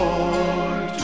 Lord